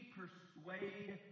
persuade